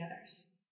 others